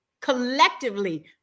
collectively